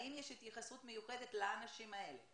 האם יש התייחסות מיוחדת לאנשים האלה?